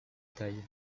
taille